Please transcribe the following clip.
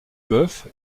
bœuf